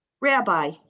Rabbi